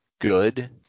good